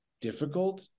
difficult